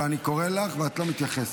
אני קורא לך ואת לא מתייחסת.